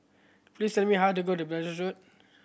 please tell me how to go to Belilios Road